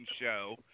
show